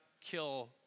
kill